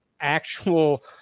actual